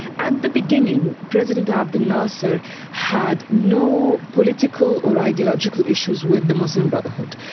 at the beginning, president abdel nasser had no political or ideological issues with the muslim brotherhood.